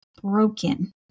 broken